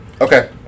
Okay